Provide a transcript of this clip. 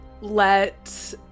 let